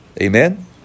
Amen